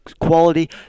quality